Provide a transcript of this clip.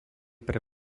pre